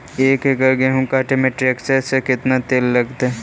एक एकड़ गेहूं काटे में टरेकटर से केतना तेल लगतइ?